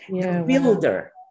Builder